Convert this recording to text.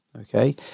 Okay